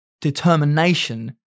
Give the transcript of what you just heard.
determination